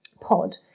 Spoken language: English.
pod